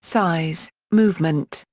size, movement,